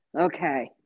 Okay